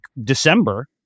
December